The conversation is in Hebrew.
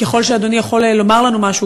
ככל שאדוני יכול לומר לנו משהו,